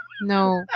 No